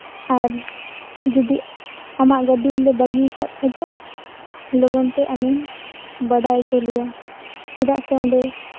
ᱟᱨ ᱡᱩᱫᱤ ᱟᱢᱟᱜ ᱜᱟᱹᱰᱤ ᱨᱮᱞᱮ ᱵᱟᱹᱜᱤᱭᱟᱠᱟᱫ ᱠᱷᱟᱡ ᱫᱚ ᱞᱚᱜᱚᱱ ᱛᱮ ᱟᱢᱮᱢ ᱵᱟᱰᱟᱭ ᱚᱪᱚ ᱞᱮᱭᱟ ᱪᱮᱫᱟᱜ ᱥᱮ ᱚᱸᱰᱮ